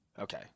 Okay